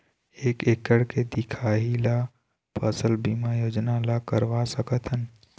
एक एकड़ के दिखाही ला फसल बीमा योजना ला करवा सकथन?